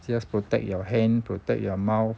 just protect your hand protect your mouth